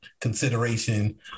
consideration